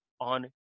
on